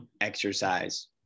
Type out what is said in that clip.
exercise